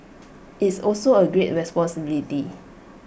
it's also A great responsibility